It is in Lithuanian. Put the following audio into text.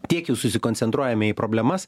tiek jau susikoncentruojame į problemas